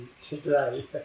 today